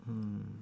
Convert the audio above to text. mm